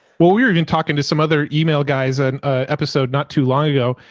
we were even talking to some other email guys on a episode, not too long ago.